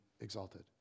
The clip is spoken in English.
exalted